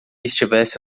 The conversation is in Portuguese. estivesse